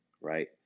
Right